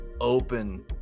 open